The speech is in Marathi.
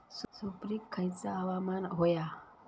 सुपरिक खयचा हवामान होया?